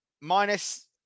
Minus